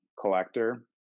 collector